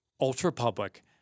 ultra-public